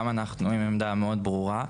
גם אנחנו עם עמדה מאוד ברורה.